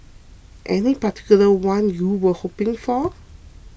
any particular one you were hoping for